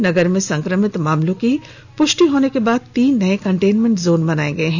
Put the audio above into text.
नगर में संक्रमित मामलों की पुष्टि होने के बाद तीन नए कंटेंटमेंट जोन बना दिए गए हैं